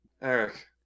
Eric